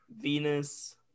Venus